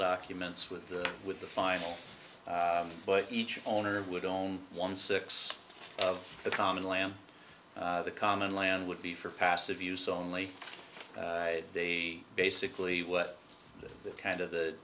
documents with the with the final but each owner would own one six of the common land the common land would be for passive use only they basically what kind of the